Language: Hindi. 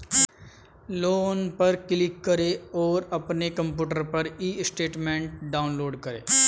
लोन पर क्लिक करें और अपने कंप्यूटर पर ई स्टेटमेंट डाउनलोड करें